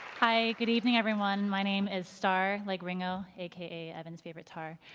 hi, good evening, everyone. my name is starr like ringo aka evan's favorite tar.